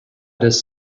does